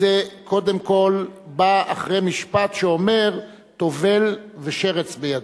זה קודם כול בא אחרי משפט שאומר "טובל ושרץ בידו",